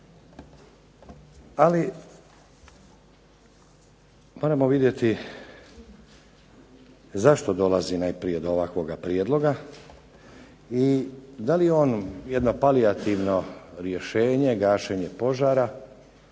Ali moramo vidjeti zašto dolazi najprije do ovakvoga prijedloga i da li je on jedna palijativno rješenje, gašenje požara